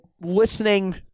listening